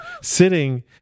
sitting